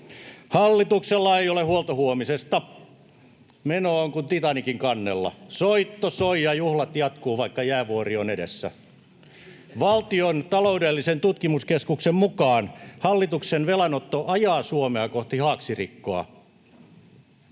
Hallituksella ei ole huolta huomisesta. Meno on kuin Titanicin kannella: soitto soi ja juhlat jatkuvat, vaikka jäävuori on edessä. Valtion taloudellisen tutkimuskeskuksen mukaan hallituksen velanotto ajaa Suomea kohti haaksirikkoa.